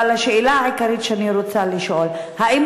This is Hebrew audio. אבל השאלה העיקרית שאני רוצה לשאול: האם